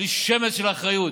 בלי שמץ של אחריות.